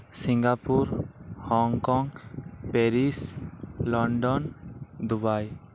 Singapore Hong Kong Paris London Dubai